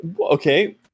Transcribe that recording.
Okay